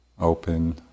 open